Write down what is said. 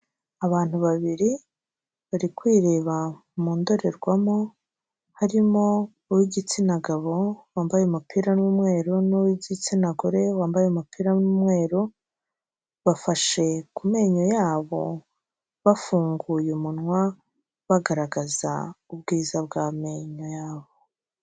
Abantu babiri bari kwireba mu ndorerwamo, harimo uw'igitsina gabo wambaye umupira n'umweru n'uw'igitsina gore wambaye umupira w'umweru, bafashe ku menyo yabo bafunguye umunwa bagaragaza ubwiza bw'amenyo yabo.